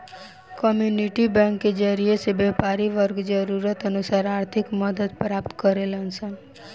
community bank के जरिए से व्यापारी वर्ग जरूरत अनुसार आर्थिक मदद प्राप्त करेलन सन